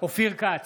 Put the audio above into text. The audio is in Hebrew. אופיר כץ,